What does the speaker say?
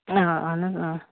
آ اہن حظ آ